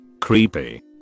creepy